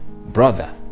brother